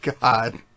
God